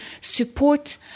support